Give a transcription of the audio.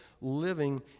living